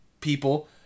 people